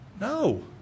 No